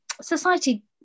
Society